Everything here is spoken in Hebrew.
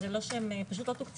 אז הם פשוט לא תוקצבו.